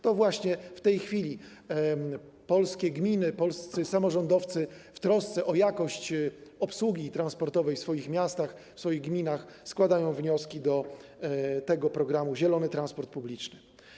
To właśnie w tej chwili polskie gminy, polscy samorządowcy w trosce o jakość obsługi transportowej w swoich miastach, w swoich gminach składają wnioski do programu „Zielony transport publiczny”